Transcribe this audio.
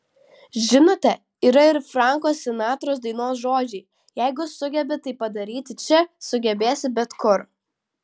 žinote yra ir franko sinatros dainos žodžiai jeigu sugebi tai padaryti čia sugebėsi bet kur